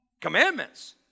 Commandments